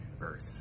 earth